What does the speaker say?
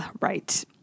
right